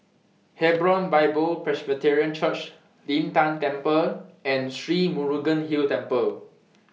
Hebron Bible Presbyterian Church Lin Tan Temple and Sri Murugan Hill Temple